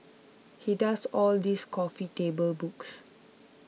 he does all these coffee table books